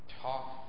talk